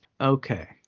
Okay